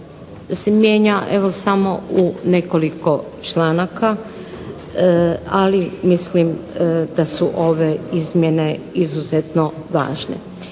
se mijenja, evo samo u nekoliko članaka, ali mislim da su ove izmjene izuzetno važne.